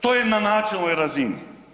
To je na načelnoj razini.